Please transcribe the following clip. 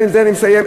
ובזה אני מסיים,